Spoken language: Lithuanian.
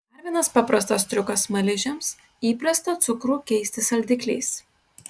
dar vienas paprastas triukas smaližiams įprastą cukrų keisti saldikliais